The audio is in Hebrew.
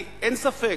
אין ספק,